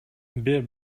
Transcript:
бир